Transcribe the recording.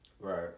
Right